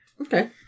okay